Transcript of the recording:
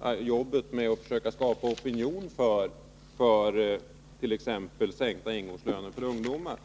arbetet med att skapa opinion för t.ex. sänkta ingångslöner för ungdomar.